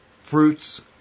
fruits